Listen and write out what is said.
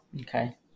Okay